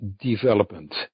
development